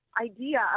idea